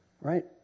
right